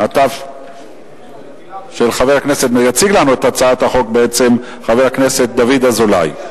התשע"א 2011. את הצעת החוק יציג חבר הכנסת דוד אזולאי.